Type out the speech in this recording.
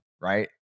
right